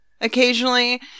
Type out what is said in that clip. occasionally